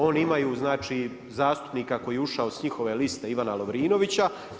Oni imaju znači zastupnika koji je ušao sa njihove liste Ivana Lovrinovića.